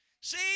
See